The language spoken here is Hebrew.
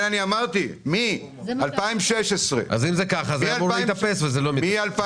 אם זה ככה, זה אמור להתאפס וזה לא מתאפס.